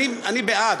אני בעד,